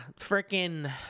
freaking